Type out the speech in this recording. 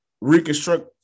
reconstruct